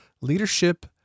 leadership